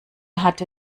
hatte